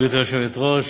גברתי היושבת-ראש,